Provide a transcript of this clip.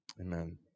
Amen